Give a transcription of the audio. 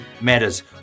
matters